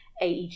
aeg